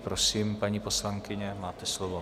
Prosím, paní poslankyně, máte slovo.